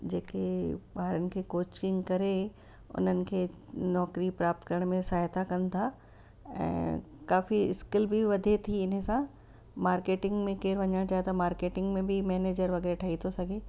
जेके ॿारनि खे कोचिंग करे उन्हनि खे नौकरी प्राप्त करण में सहायता कयूं था ऐं काफ़ी स्किल बि वधे थी इन सां मार्केटिंग में केरु वञणु चाहे त मार्केटिंग में बि मैनेजर वग़ैरह ठही थो सघे